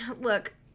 look